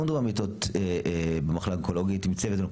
לא מדובר במיטות במחלקה אונקולוגית עם צוות,